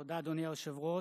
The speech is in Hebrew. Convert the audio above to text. תודה, אדוני היושב-ראש.